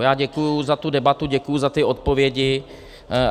Já děkuji za tu debatu, děkuji za ty odpovědi